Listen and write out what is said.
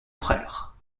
frère